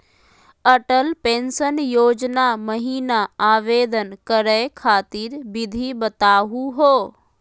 Atal pension योजना महिना आवेदन करै खातिर विधि बताहु हो?